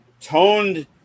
toned